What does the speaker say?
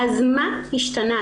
אז מה השתנה?